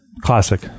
Classic